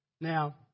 Now